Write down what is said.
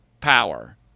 power